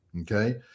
okay